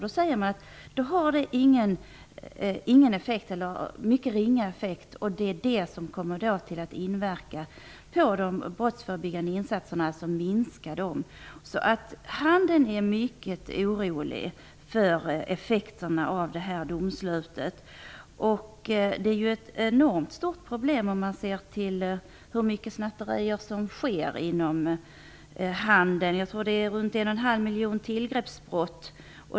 Då säger man att detta inte har någon eller mycket ringa effekt. Detta kommer att inverka på de brottsförebyggande insatserna och minska dem. Handeln är mycket orolig för effekterna av det här domslutet. Detta är ju ett enormt stort problem om man ser till antalet snatterier som sker inom handeln. Jag tror att det är ca 1,5 miljoner tillgreppsbrott.